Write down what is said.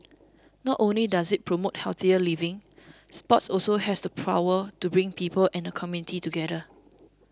not only does it promote healthier living sports also has the power to bring people and the community together